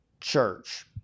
church